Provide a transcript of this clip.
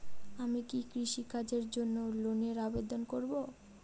আমি কি কৃষিকাজের জন্য লোনের আবেদন করব?